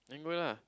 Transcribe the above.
then go lah